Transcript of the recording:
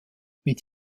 mit